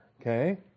Okay